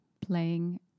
playing